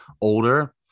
older